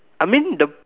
I mean the